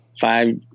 five